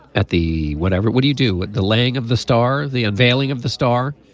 at the. whatever what do you do with the leg of the star. the unveiling of the star.